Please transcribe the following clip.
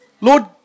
Lord